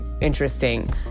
interesting